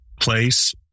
place